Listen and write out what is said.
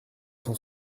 cent